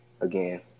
Again